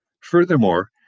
Furthermore